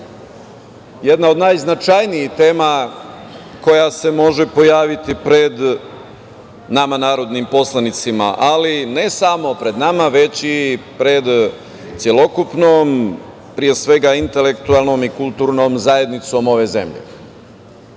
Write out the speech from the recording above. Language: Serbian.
jedna od najznačajnijih tema koja se može pojaviti pred nama, narodnim poslanicima, ali ne samo pred nama, već i pred celokupnom pre svega intelektualnom i kulturnom zajednicom ove zemlje.